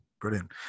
Brilliant